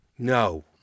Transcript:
No